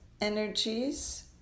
energies